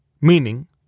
meaning